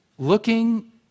Looking